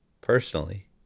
personally